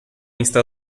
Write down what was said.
está